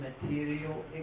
material